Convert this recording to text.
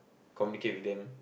communicate with them